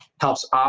helps